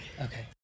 okay